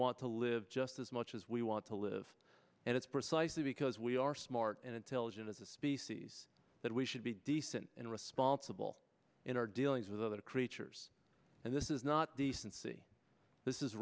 want to live just as much as we want to live and it's precisely because we are smart and intelligent as a species that we should be decent and responsible in our dealings with other creatures and this is not decency this is